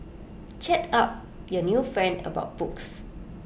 chat up your new friend about books